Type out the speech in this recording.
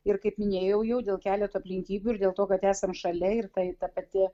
ir kaip minėjau jau dėl keleto aplinkybių ir dėl to kad esam šalia ir tai ta pati